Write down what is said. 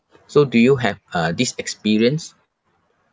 so do you have uh this experience